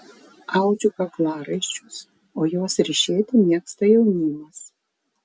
audžiu kaklaraiščius o juos ryšėti mėgsta jaunimas